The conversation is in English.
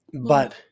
But-